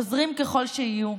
עוזרים ככל שיהיו,